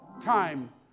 time